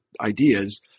ideas